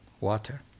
water